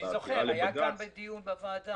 אני זוכר, היה כאן דיון בוועדה.